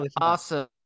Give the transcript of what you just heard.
Awesome